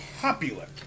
popular